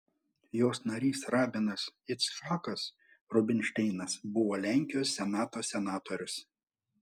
jos narys rabinas icchakas rubinšteinas buvo lenkijos senato senatorius